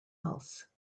else